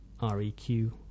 REQ